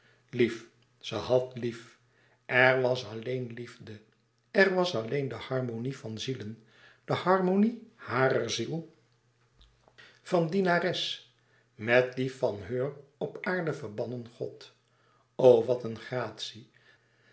lief ze had lief er was alleen liefde er was alleen de harmonie van zielen de harmonie harer ziel van dienares met die van heur op aarde verbannen god o wat een gratie